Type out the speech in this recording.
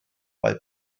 mae